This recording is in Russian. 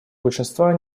большинства